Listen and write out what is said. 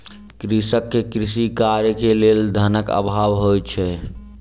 कृषक के कृषि कार्य के लेल धनक अभाव होइत अछि